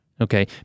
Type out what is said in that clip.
okay